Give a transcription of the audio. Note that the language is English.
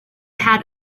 had